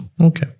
Okay